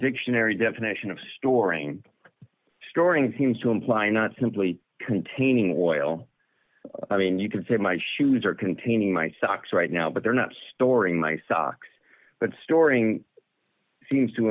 dictionary definition of storing storing it seems to imply not simply containing oil i mean you can say my shoes are containing my socks right now but they're not storing my socks but storing seems to